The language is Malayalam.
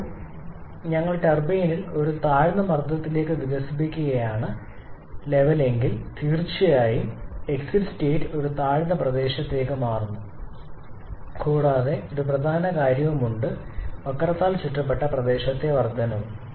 ഇപ്പോൾ ഞങ്ങൾ ടർബൈനിൽ ഒരു താഴ്ന്ന മർദ്ദത്തിലേക്ക് വികസിപ്പിക്കുകയാണ് ലെവൽ എങ്കിൽ തീർച്ചയായും എക്സിറ്റ് സ്റ്റേറ്റ് ഒരു താഴ്ന്ന സ്ഥാനത്തേക്ക് മാറുന്നു കൂടാതെ ഒരു പ്രധാന കാര്യവുമുണ്ട് വക്രത്താൽ ചുറ്റപ്പെട്ട പ്രദേശത്തെ വർദ്ധനവ്